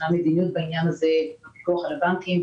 מדיניות בעניין הזה לפיקוח על הבנקים.